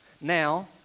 Now